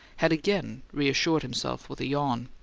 had again reassured himself with a yawn.